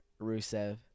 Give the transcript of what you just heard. Rusev